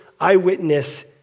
eyewitness